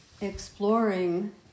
exploring